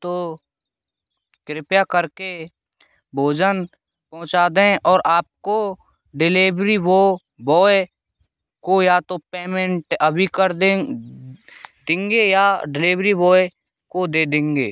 तो कृपया करके भोजन पहुँचा दें और आपको डिलेवरी वह बॉय को या तो पेमेंट अभी कर दें देंगे या डिलेवरी वॉय को दे देंगे